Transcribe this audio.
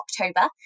October